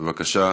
בבקשה.